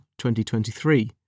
2023